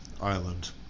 island